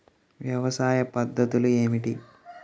వ్యవసాయ పద్ధతులు ఏమిటి?